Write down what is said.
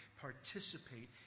participate